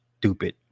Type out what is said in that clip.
stupid